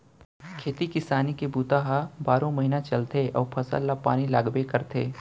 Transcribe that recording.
खेती किसानी के बूता ह बारो महिना चलथे अउ फसल ल पानी लागबे करथे